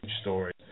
story